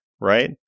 right